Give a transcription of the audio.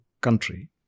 country